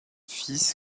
fils